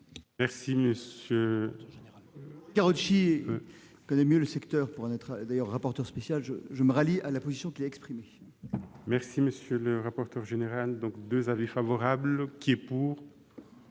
Monsieur le rapporteur général,